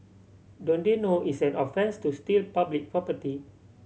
don't they know it's an offence to steal public property